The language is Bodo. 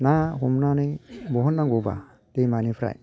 ना हमनानै बहननांगौबा दैमानिफ्राय